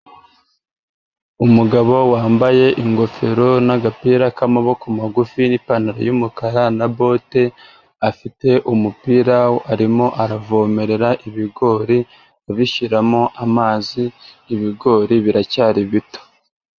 Umugabo wambaye ingofero n'agapira k'amaboko magufi n'ipantaro y'umukara na bote, afite umupira arimo aravomerera ibigori, abishyiramo amazi, ibigori biracyari bito.